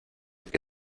que